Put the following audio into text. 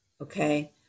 okay